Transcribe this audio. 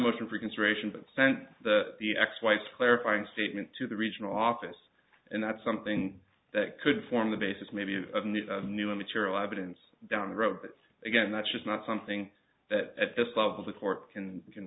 motion for reconsideration but sent the the ex wife's clarifying statement to the regional office and that's something that could form the basis maybe you need a new material evidence down the road but again that's just not something that at this level the court can can